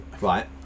right